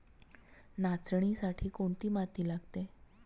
नाचणीसाठी कोणती माती लागते?